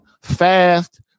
fast